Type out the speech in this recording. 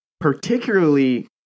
particularly